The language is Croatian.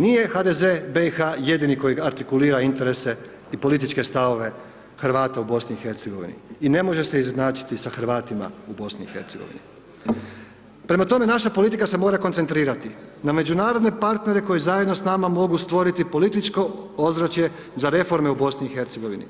Nije HDZ BiH-a jedini koji artikulira interese i političke stavove Hrvata u BiH-u i ne može se izjednačiti sa Hrvatima u BiH-u. prema tome, naša politika se mora koncentrirati na međunarodne partnere koji zajedno s nama mogu stvoriti političko ozračje za reforme u BiH-u